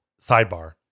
sidebar